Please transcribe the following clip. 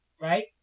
right